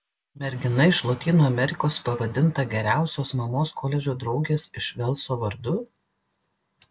mergina iš lotynų amerikos pavadinta geriausios mamos koledžo draugės iš velso vardu